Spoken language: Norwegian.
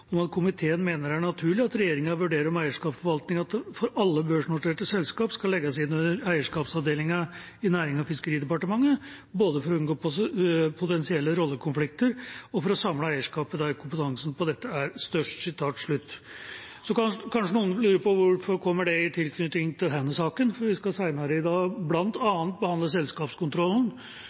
om at komiteen mener «det er naturleg at regjeringa vurderer om eigarskapsforvaltinga for alle børsnoterte selskap skal leggjast inn under eigarskapavdelinga i Nærings- og fiskeridepartementet, både for å unngå potensielle rollekonfliktar og for å samla eigarskapet der kompetansen på dette er størst». Så kan kanskje noen lure på hvorfor dette kommer i tilknytning til denne saken, for vi skal senere i dag bl.a. behandle selskapskontrollen.